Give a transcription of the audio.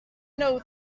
know